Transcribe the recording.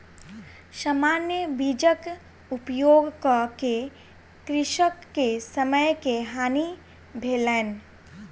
सामान्य बीजक उपयोग कअ के कृषक के समय के हानि भेलैन